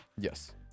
Yes